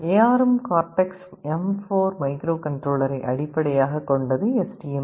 ARM cortex எம்4 மைக்ரோகண்ட்ரோலரை அடிப்படையாகக் கொண்டது எஸ்டிஎம்32